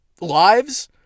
lives